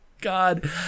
God